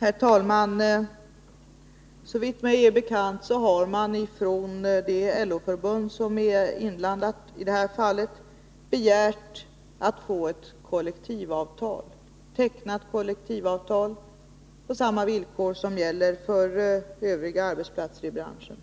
Herr talman! Såvitt mig är bekant har man från det LO-förbund som är inblandat i detta fall begärt att få teckna kollektivavtal på samma villkor som gäller för övriga arbetsplatser i branschen.